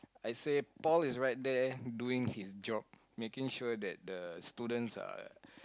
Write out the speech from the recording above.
I say Paul is right there doing his job making sure that the students are